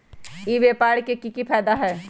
ई व्यापार के की की फायदा है?